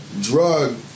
drug